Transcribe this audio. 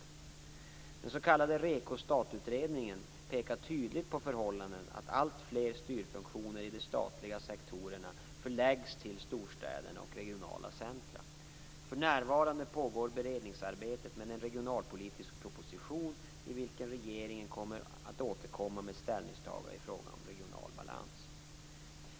1997:13) pekar tydligt på förhållandet att allt fler styrfunktioner i den statliga sektorn förläggs till storstäderna och regionala centrum. För närvarande pågår beredningsarbetet med en regionalpolitisk proposition i vilken regeringen kommer att återkomma med ställningstaganden i frågan om regional balans.